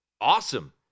Awesome